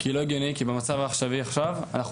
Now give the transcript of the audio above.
כי לא הגיוני כי במצב העכשווי עכשיו אנחנו